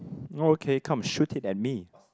okay come shoot it at me